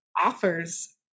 offers